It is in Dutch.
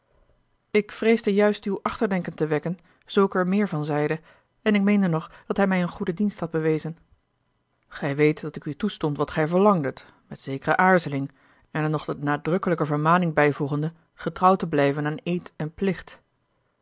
ik vreesde juist uw achterdenken te wekken zoo ik er meer van zeide en ik meende nog dat hij mij een goeden dienst had bewezen gij weet dat ik u toestond wat gij verlangdet met zekere aarzeling en er nog de nadrukkelijke vermaning bijvoegende getrouw te blijven aan eed en plicht